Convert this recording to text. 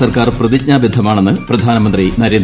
സർക്കാർ പ്രതിജ്ഞാബദ്ധമാണെന്ന് പ്രധാനമന്ത്രി നരേന്ദ്രമോദി